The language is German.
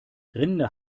rinder